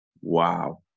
Wow